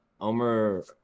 Omer